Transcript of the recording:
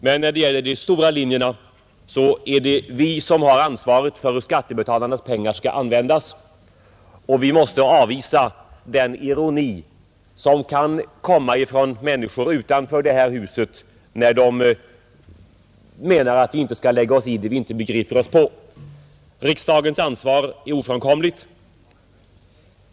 Men när det gäller de stora linjerna är det vi som har ansvaret för hur skattebetalarnas pengar skall användas, och vi måste avvisa den ironi som kan komma från människor utanför riksdagen, när de menar att vi inte skall lägga oss i det vi inte begriper oss på. Riksdagens ansvar är ofrånkomligt.